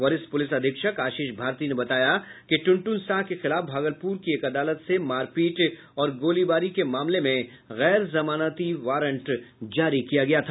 वरिष्ठ पुलिस अधीक्षक आशीष भारती ने बताया कि टुनटुन साह के खिलाफ भागलपुर की एक अदालत से मारपीट और गोलीबारी के मामले में गैर जमानती वारंट जारी था